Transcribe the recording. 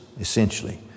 essentially